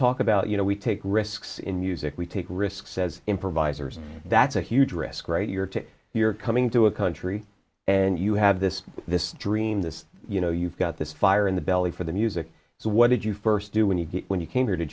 talk about you know we take risks in music we take risks as improvisers that's a huge risk right here to your coming to a country and you have this this dream this you know you've got this fire in the belly for the music so what did you first do when you get when you came here did